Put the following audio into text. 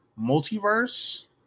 multiverse